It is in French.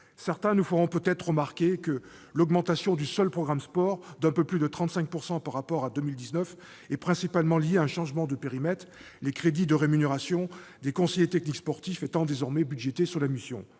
Certains nous feront peut-être remarquer que l'augmentation du seul programme « Sport », d'un peu plus de 35 % par rapport à 2019, est principalement liée à un changement de périmètre, les crédits de rémunération des conseillers techniques sportifs étant désormais budgétés sur la mission.